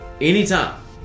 anytime